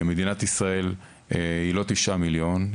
מדינת ישראל היא לא 9 מיליון תושבים,